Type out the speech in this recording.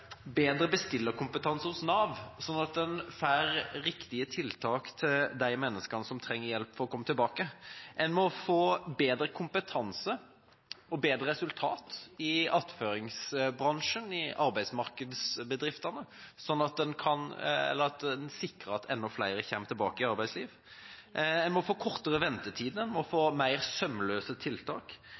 bedre bestillerkompetanse hos Nav, sånn at en får riktige tiltak til de menneskene som trenger hjelp for å komme tilbake. En må få bedre kompetanse og bedre resultater i attføringsbransjen, i arbeidsmarkedsbedriftene, sånn at en sikrer at enda flere kommer tilbake i arbeidslivet. En må få kortere ventetid, en må få mer sømløse tiltak